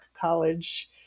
college